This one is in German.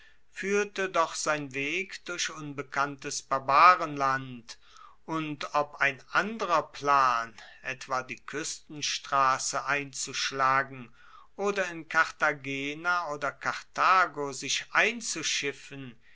fuehrte doch sein weg durch unbekanntes barbarenland und ob ein anderer plan etwa die kuestenstrasse einzuschlagen oder in cartagena oder karthago sich einzuschiffen